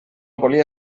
volia